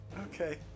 Okay